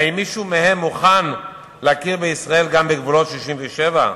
האם מישהו מהם מוכן להכיר בישראל, גם בגבולות 67'?